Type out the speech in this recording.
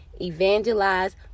evangelize